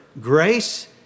Grace